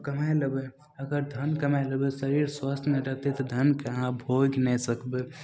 कमै लेबै अगर धन कमै लेबै शरीर स्वस्थ नहि रहतै तऽ धनके अहाँ भोगि नहि सकबै